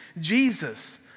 Jesus